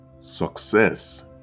success